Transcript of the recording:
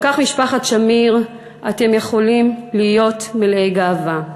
על כך, משפחת שמיר, אתם יכולים להיות מלאי גאווה.